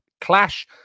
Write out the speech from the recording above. clash